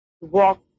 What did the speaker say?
walk